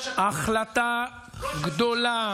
החלטה גדולה.